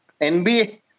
NBA